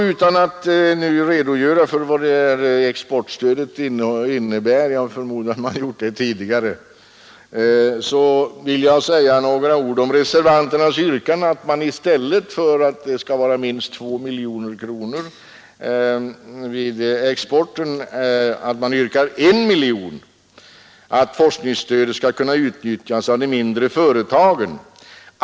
Utan att redogöra för vad exportstödet innebär — jag förmodar att man gjort det tidigare — vill jag säga några ord om reservanternas yrkande om 1 miljon kronor i stället för 2 miljoner och att forskningsstödet skall kunna utnyttjas av de mindre företagen.